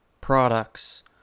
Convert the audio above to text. products